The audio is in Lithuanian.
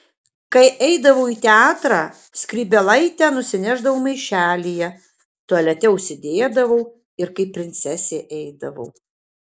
kai eidavau į teatrą skrybėlaitę nusinešdavau maišelyje tualete užsidėdavau ir kaip princesė eidavau